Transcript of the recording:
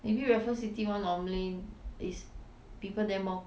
maybe raffles city [one] normally is people there more